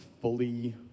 fully